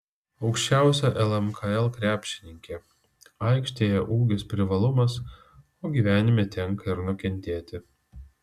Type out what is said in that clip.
aukščiausia lmkl krepšininkė aikštėje ūgis privalumas o gyvenime tenka ir nukentėti